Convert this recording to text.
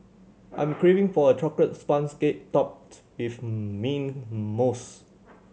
I'm craving for a chocolate sponge cake topped with mint mousse